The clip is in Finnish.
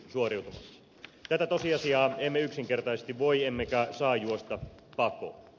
tätä tosiasiaa emme yksinkertaisesti voi emmekä saa juosta pakoon